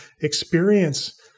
experience